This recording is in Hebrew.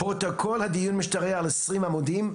פרוטוקול הדיון משתקע על עשרים עמודים,